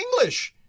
English